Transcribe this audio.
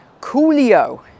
Coolio